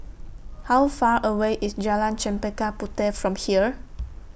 How Far away IS Jalan Chempaka Puteh from here